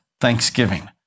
thanksgiving